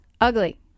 ugly